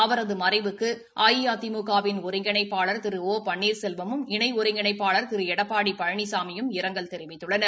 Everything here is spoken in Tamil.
அவரது மறைவுக்கு அஇஅதிமுக விள் ஒருங்கிணைப்பாளர் திரு ஒ பன்னீர்செல்வமும் இணை ஒருங்கிணைப்பாளர் திரு எடப்பாடி பழனிசாமியும் இரங்கல் தெரிவித்துள்ளனர்